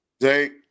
Jake